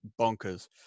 bonkers